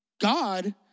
God